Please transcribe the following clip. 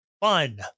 fun